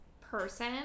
person